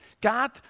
God